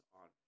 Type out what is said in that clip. on